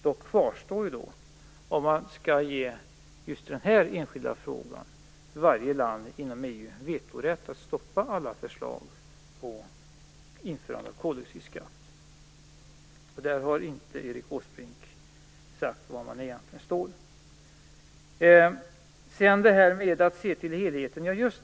Dock återstår att se om varje land inom EU i just denna enskilda fråga skall ges vetorätt att stoppa alla förslag om införandet av koldioxidskatt. Där har Erik Åsbrink inte sagt var man egentligen står. Ja, det gäller att se till helheten.